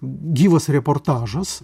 gyvas reportažas